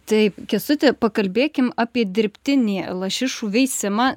taip kęstuti pakalbėkim apie dirbtinį lašišų veisimą